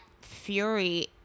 fury